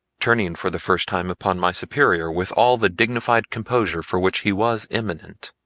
turning for the first time upon my superior with all the dignified composure for which he was eminent,